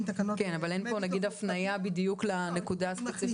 תקנות -- אבל אין פה הפניה לנקודה הספציפית הזאת?